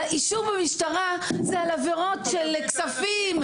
על האישום במשטרה זה על עבירות של כספים.